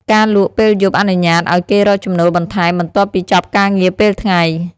ការលក់ពេលយប់អនុញ្ញាតឱ្យគេរកចំណូលបន្ថែម បន្ទាប់ពីចប់ការងារពេលថ្ងៃ។